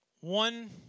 One